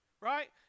right